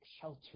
Shelter